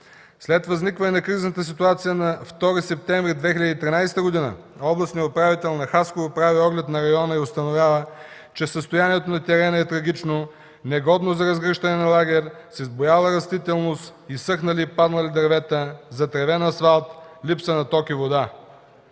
След възникването на кризисната ситуация на 2 септември 2013 г. областният управител на Хасково прави оглед на района и установява, че състоянието на терена е трагично, негодно за разгръщане на лагер, с избуяла растителност, изсъхнали и паднали дървета, затревен асфалт, липса на ток и вода.